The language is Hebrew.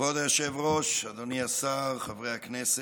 כבוד היושב-ראש, אדוני השר, חברי הכנסת,